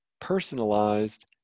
personalized